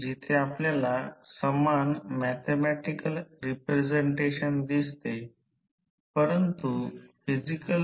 येथे आम्ही प्रयोगशाळेतील ध्रुवीयतेची चाचणी कशी घेतो ते निश्चितपणे असे असेल